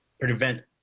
prevent